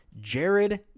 Jared